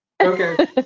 Okay